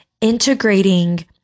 integrating